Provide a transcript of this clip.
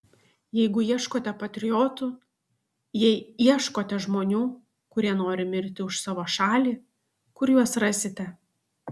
jeigu ieškote patriotų jei ieškote žmonių kurie nori mirti už savo šalį kur juos rasite